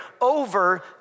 over